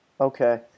Okay